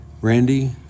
Randy